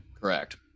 Correct